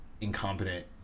incompetent